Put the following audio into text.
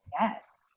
Yes